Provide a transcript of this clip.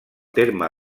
terme